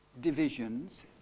divisions